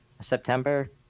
September